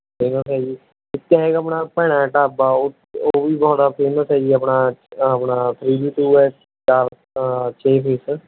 ਬਹੁਤ ਫੇਮਸ ਹੈ ਜੀ ਇੱਕ ਹੈਗਾ ਆਪਣਾ ਭੈਣਾਂ ਦਾ ਢਾਬਾ ਉਹ ਉਹ ਵੀ ਬੜਾ ਫੇਮਸ ਹੈ ਜੀ ਆਪਣਾ ਆਪਣਾ ਥਰੀ ਬੀ ਟੂ ਹੈ ਛੇ ਫੇਸ